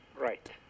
Right